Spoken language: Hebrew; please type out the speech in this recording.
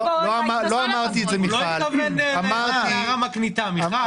זו הייתה הערה מקניטה, מיכל.